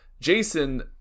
Jason